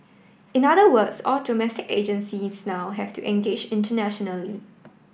in other words all domestic agencies now have to engage internationally